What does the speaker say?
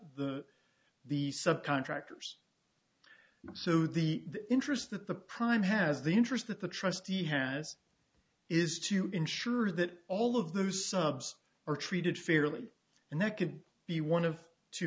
the the subcontractors so the interest that the prime has the interest that the trustee has is to ensure that all of those subs are treated fairly and that could be one of t